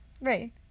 right